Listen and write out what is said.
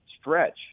stretch